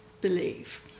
believe